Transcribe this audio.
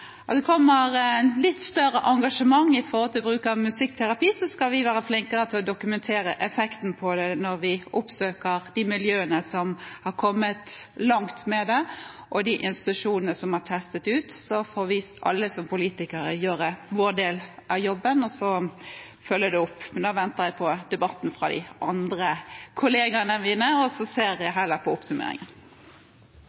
skal vi være flinkere til å dokumentere effekten av det når vi oppsøker de miljøene som har kommet langt med det, og de institusjonene som har testet det ut, og så får vi alle, som politikere, gjøre vår del av jobben og følge det opp. Men nå venter jeg på debatten fra de andre kollegene mine, og så får jeg heller se på oppsummeringen.